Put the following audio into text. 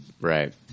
right